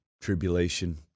tribulation